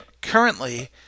Currently